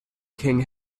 king